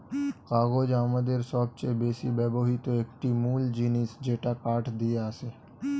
কাগজ আমাদের সবচেয়ে বেশি ব্যবহৃত একটি মূল জিনিস যেটা কাঠ থেকে আসে